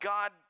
God